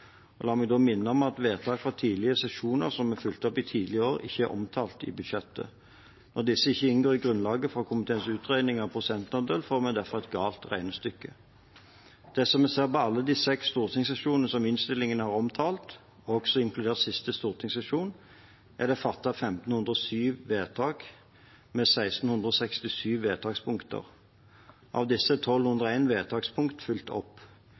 fra tidligere sesjoner som er fulgt opp i tidligere år, ikke er omtalt i budsjettet. Når disse ikke inngår i grunnlaget for komiteens utregninger av prosentandel, får vi derfor et galt regnestykke. Det vi ser i alle de seks stortingssesjonene som innstillingen har omtalt, også inkludert siste stortingssesjon, er at det er fattet 1 507 vedtak med 1 667 vedtakspunkt. Av disse er 1 201 vedtakspunkt fulgt opp.